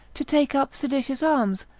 to take up seditious arms,